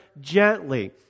gently